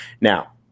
Now